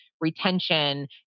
retention